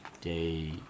day